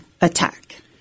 attack